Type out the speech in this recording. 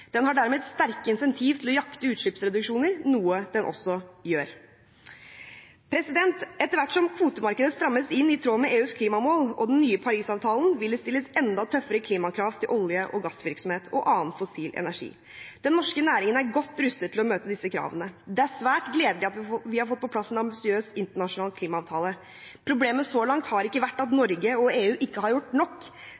Den har dermed sterke incentiver til å jakte utslippsreduksjoner, noe den også gjør. Etter hvert som kvotemarkedet strammes inn i tråd med EUs klimamål og den nye Paris-avtalen, vil det stilles enda tøffere klimakrav til olje- og gassvirksomhet og annen fossil energi. Den norske næringen er godt rustet til å møte disse kravene. Det er svært gledelig at vi har fått på plass en ambisiøs internasjonal klimaavtale. Problemet så langt har ikke vært at Norge, og EU, ikke har gjort nok.